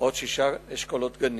ושישה אשכולות גנים.